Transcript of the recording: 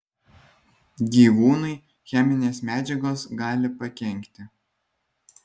gyvūnui cheminės medžiagos gali pakenkti